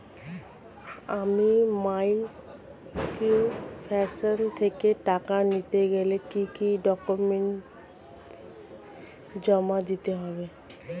আমি মাইক্রোফিন্যান্স থেকে টাকা নিতে গেলে কি কি ডকুমেন্টস জমা দিতে হবে?